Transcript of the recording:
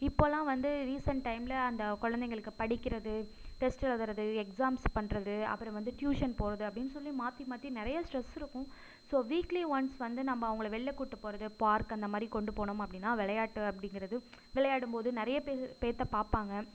இப்போல்லாம் வந்து ரீசண்ட் டைமில் அந்த குழந்தைங்களுக்கு படிக்கிறது டெஸ்ட் எழுதுகிறது எக்ஸாம்ஸ் பண்ணுறது அப்புறம் வந்து டியூஷன் போகிறது அப்படின்னு சொல்லி மாற்றி மாற்றி நிறையா ஸ்ட்ரெஸ் இருக்கும் ஸோ வீக்லி ஒன்ஸ் வந்து நம்ம அவங்கள வெளியில் கூப்பிட்டு போகிறது பார்க் அந்த மாதிரி கொண்டு போனோம் அப்படின்னா விளையாட்டு அப்படிங்கிறது விளையாடும்போது நிறையா பேர் பேர்த்த பார்ப்பாங்க